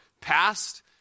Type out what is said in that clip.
Past